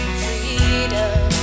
freedom